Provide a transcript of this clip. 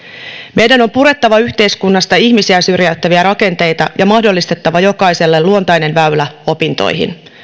meidän on purettava yhteiskunnasta ihmisiä syrjäyttäviä rakenteita ja mahdollistettava jokaiselle luontainen väylä opintoihin